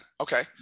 Okay